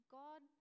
god